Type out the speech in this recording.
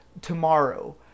tomorrow